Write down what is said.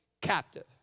captive